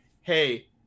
hey